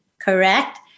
Correct